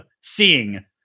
seeing